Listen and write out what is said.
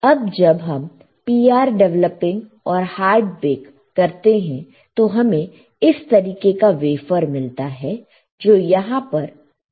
अब जब हम PR डेवलपिंग और हार्ड बेक करते हैं तो हमें इस तरीके का वेफर मिलता है जो यहां पर दिखाया गया है